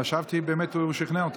נגד חשבתי באמת שהוא שכנע אותך.